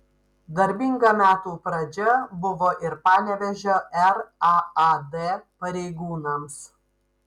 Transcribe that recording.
darbinga metų pradžia buvo ir panevėžio raad pareigūnams